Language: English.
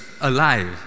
alive